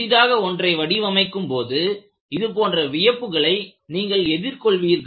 புதிதாக ஒன்றை வடிவமைக்கும்போது இதுபோன்ற வியப்புகளை நீங்கள் எதிர்கொள்வீர்கள்